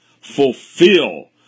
fulfill